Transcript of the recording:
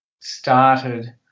started